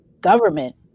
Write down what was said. government